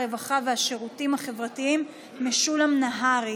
הרווחה והשירותים החברתיים משולם נהרי.